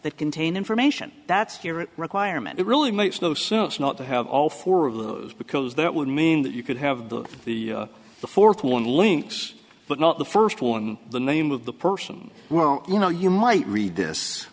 that contain information that's here it requirement really makes no sense not to have all four of those because that would mean that you could have the fourth one links but not the first one the name of the person well you know you might read this